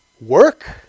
work